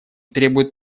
требуют